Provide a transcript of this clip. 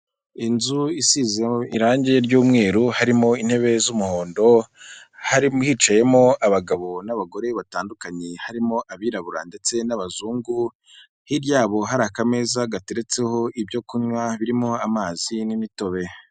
Inzu irangi ry'umweru, harimo intebe z'umuhondo, harimo hicayemo abagabo n'abagore batandukanye harimo abirabura ndetse n'abazungu, hiryabo hari akameza gateretseho ibyo kunywa birimo amazi n'imitobe.